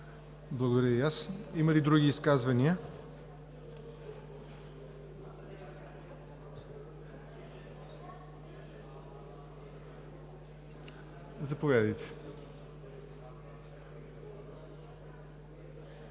Благодаря и аз. Има ли други изказвания? Заповядайте.